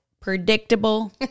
predictable